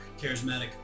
charismatic